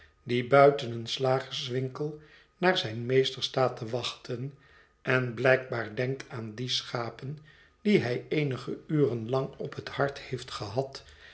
die buiten een slagerswinkel naar zijn meester staat te wachten en blijkbaar denkt aan die schapen die hij eenige uren lang op het hart heeft gehad